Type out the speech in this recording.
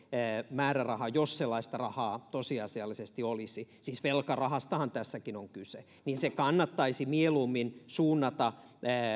määräraha jos sellaista rahaa tosiasiallisesti olisi siis velkarahastahan tässäkin on kyse että se kannattaisi mieluummin suunnata